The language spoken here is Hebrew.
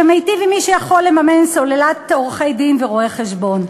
שמיטיב עם מי שיכול לממן סוללת עורכי-דין ורואי-חשבון.